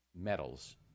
metals